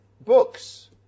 books